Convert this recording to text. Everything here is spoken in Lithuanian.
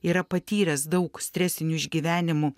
yra patyręs daug stresinių išgyvenimų